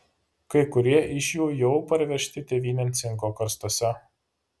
kai kurie iš jų jau parvežti tėvynėn cinko karstuose